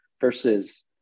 versus